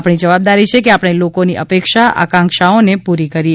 આપણી જવાબદારી છે કે આપણે લોકોની અપેક્ષા આકાંક્ષાઓને પૂરી કરીએ